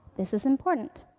this is important.